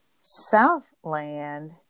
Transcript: Southland